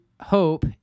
HOPE